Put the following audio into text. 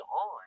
on